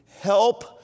help